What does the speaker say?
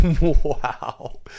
Wow